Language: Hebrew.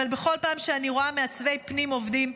אבל בכל פעם שאני רואה מעצבי פנים עובדים,